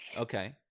Okay